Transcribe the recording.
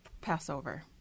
Passover